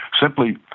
simply